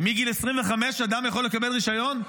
שמגיל 25 אדם יכול לקבל רישיון,